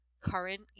current